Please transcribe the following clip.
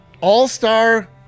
all-star